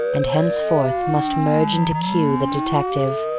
and henceforth must merge into q. the detective.